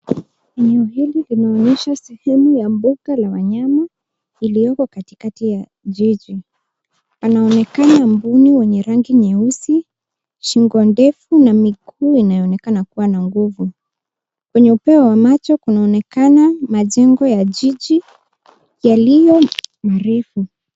Eneo hili linaonyesha sehemu ya mbuga la wanyama iliyoko katikati ya jiji. Anaonekana mbuni wenye rangi nyeusi, shingo ndefu na miguu inayoonekana kuwa na nguvu. Kwenye upeo wa macho kunaonekana majengo ya jiji yaliyo marefu.